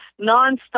nonstop